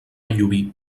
llubí